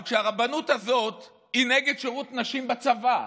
אבל כשהרבנות הזאת היא נגד שירות נשים בצבא,